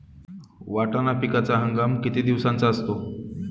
वाटाणा पिकाचा हंगाम किती दिवसांचा असतो?